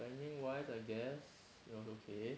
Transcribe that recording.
timing wise I guess it was okay